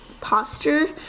posture